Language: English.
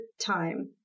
time